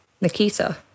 Nikita